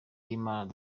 y’imana